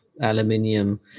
aluminium